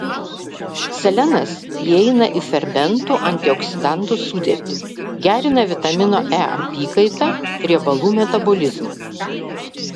selenas įeina į fermentų antioksidantų sudėtį gerina vitamino e apykaitą riebalų metabolizmą